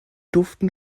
duften